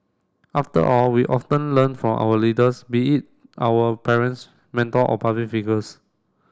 after all we often learn from our leaders be it our parents mentor or public figures